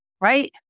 Right